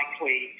likely